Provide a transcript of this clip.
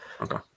Okay